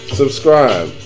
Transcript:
subscribe